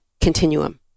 continuum